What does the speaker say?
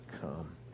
come